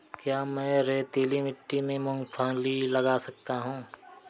क्या मैं रेतीली मिट्टी में मूँगफली लगा सकता हूँ?